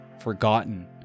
forgotten